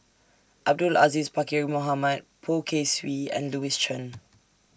Abdul Aziz Pakkeer Mohamed Poh Kay Swee and Louis Chen